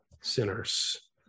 sinners